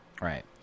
Right